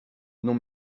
non